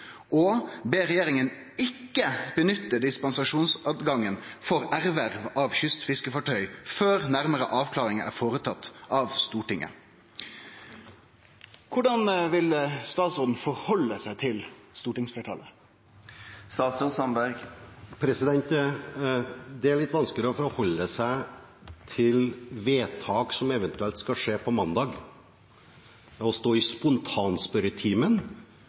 og ber regjeringen ikke benytte dispensasjonsadgangen for erverv av kystfiskefartøy før nærmere avklaringer er foretatt med Stortinget.» Korleis vil statsråden stille seg til stortingsfleirtalet? Det er litt vanskelig å forholde seg til vedtak som eventuelt skal skje på mandag. Å stå i spontanspørretimen